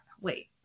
wait